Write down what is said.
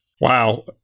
Wow